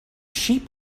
sheep